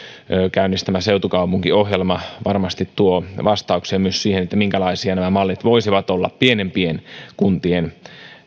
käynnistämä seutukaupunkiohjelma varmasti tuo vastauksia myös siihen minkälaisia nämä mallit voisivat olla pienempien kuntien